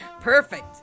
Perfect